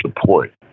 support